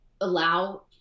allow